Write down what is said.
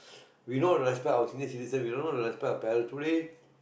we know how to respect our senior citizens we know how to respect our parents today